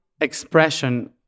expression